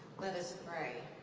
let us pray.